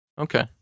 Okay